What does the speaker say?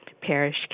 parish